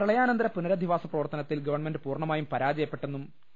പ്രളയാനന്തര പുനരധിവാസ പ്രവർത്തനത്തിൽ ഗവൺമെന്റ് പൂർണമായും പരാജയപ്പെട്ടെന്നും പി